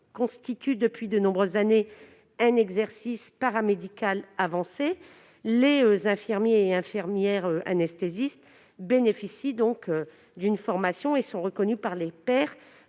constitue depuis de nombreuses années un exercice paramédical avancé. Les infirmiers et infirmières anesthésistes bénéficient d'une formation et sont reconnus par leurs pairs,